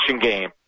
game